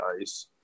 ice